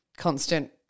constant